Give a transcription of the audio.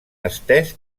estès